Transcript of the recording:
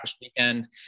weekend